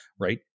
right